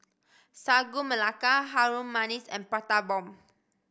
Sagu Melaka Harum Manis and Prata Bomb